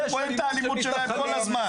אנחנו רואים את האלימות שלהם כל הזמן.